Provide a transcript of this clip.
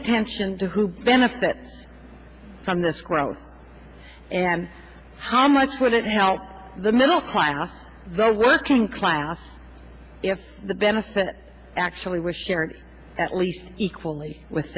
attention to who benefits from this growth and how much would it help the middle class the working class if the benefit actually was shared at least equally with